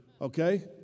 Okay